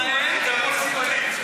לדבר בסימנים.